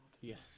Yes